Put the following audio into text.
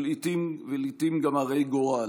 ולעיתים גם הרי גורל.